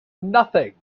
nothing